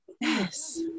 Yes